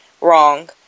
wrong